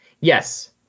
Yes